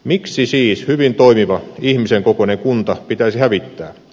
miksi siis hyvin toimiva ihmisen kokoinen kunta pitäisi hävittää